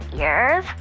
ears